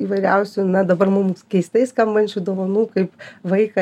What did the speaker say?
įvairiausių na dabar mums keistai skambančių dovanų kaip vaiką